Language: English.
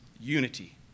unity